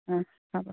অঁ হ'ব